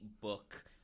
book